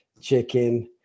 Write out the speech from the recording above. chicken